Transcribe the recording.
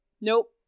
Nope